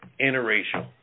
interracial